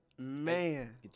Man